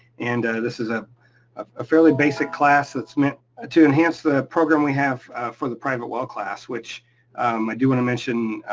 and this is a ah fairly basic class that's meant to enhance the program we have for the private well class, which i do wanna mention,